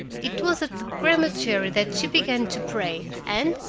it was at the crematory that she began to pray, and,